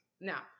Now